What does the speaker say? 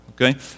okay